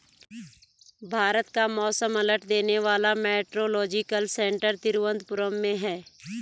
भारत का मौसम अलर्ट देने वाला मेट्रोलॉजिकल सेंटर तिरुवंतपुरम में है